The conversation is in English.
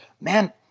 man